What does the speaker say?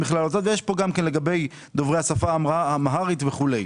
ויש פה גם דוברי השפה האמהרית וכו'.